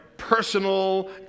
Personal